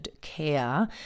care